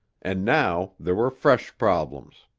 and now there were fresh problems.